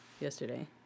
yesterday